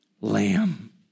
lamb